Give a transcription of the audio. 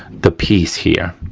the piece here,